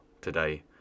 today